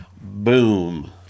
boom